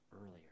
earlier